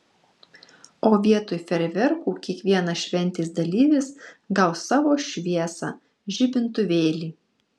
o vietoj fejerverkų kiekvienas šventės dalyvis gaus savo šviesą žibintuvėlį